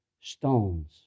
stones